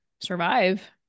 survive